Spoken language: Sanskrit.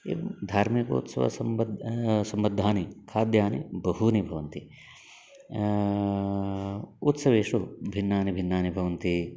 एवं धार्मिकोत्सवसम्बद्धानि सम्बद्धानि खाद्यानि बहूनि भवन्ति उत्सवेषु भिन्नानि भिन्नानि भवन्ति